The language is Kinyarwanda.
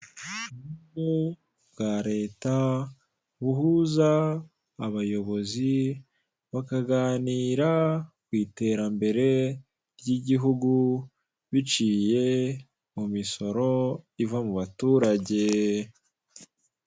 Uburyo bwa leta buhuza abayobozi bakaganira ku iterambere ry'igihugu biciye kumisoro y'igihugu iva mubaturage.